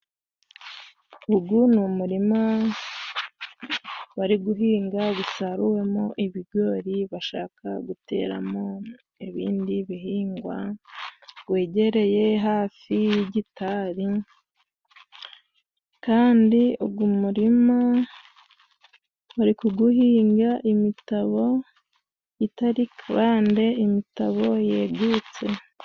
Uyu ni umurima bari guhinga, wasaruwemo ibigori, bashaka guteramo ibindi bihingwa, wegereye hafi y'igitari, kandi uyu murima bari kuwuhinga imitabo itari purande, imitabo yegutse.